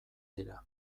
dira